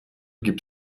gibt